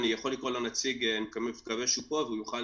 אני יכול לקרוא לנציג אני מקווה שהוא פה ונוכל